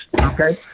Okay